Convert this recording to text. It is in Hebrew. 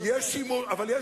אבל יש